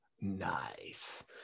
Nice